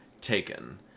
taken